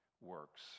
works